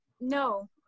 no